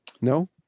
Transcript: No